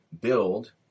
build